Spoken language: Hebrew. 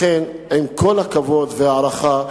לכן, עם כל הכבוד וההערכה,